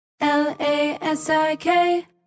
L-A-S-I-K